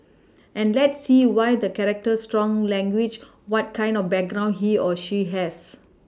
and let's see why the character strong language what kind of background he or she has